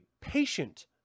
patient